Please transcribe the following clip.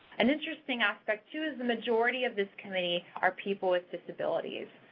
an interesting aspect, too, is the majority of this committee are people with disabilities.